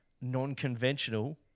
Non-conventional